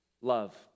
Love